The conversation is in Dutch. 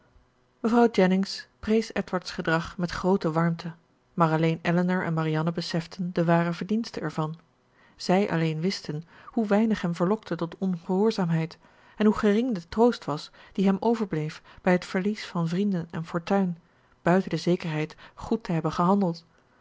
mevrouw jennings prees edward's gedrag met groote warmte maar alleen elinor en marianne beseften de ware verdienste ervan zij alleen wisten hoe weinig hem verlokte tot ongehoorzaamheid en hoe gering de troost was die hem overbleef bij het verlies van vrienden en fortuin buiten de zekerheid goed te hebben gehandeld